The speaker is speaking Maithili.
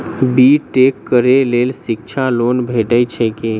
बी टेक करै लेल शिक्षा लोन भेटय छै की?